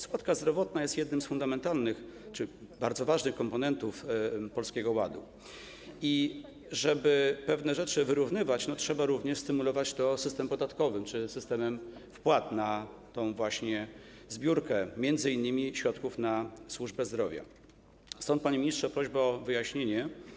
Składka zdrowotna jest jednym z fundamentalnych czy bardzo ważnych komponentów Polskiego Ładu i żeby pewne rzeczy wyrównywać, trzeba również stymulować to poprzez system podatkowy czy system wpłat na tę zbiórkę, m.in. środków na służbę zdrowia, stąd, panie ministrze, prośba o wyjaśnienie: